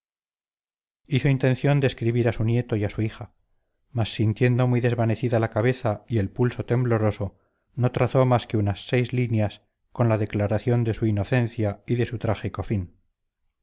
hizo intención de escribir a su nieto y a su hija mas sintiendo muy desvanecida la cabeza y el pulso tembloroso no trazó más que unas seis líneas con la declaración de su inocencia y de su trágico fin